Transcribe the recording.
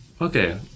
okay